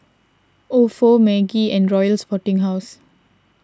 Ofo Maggi and Royal Sporting House